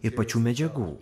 ir pačių medžiagų